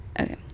Okay